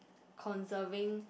conserving